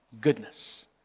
goodness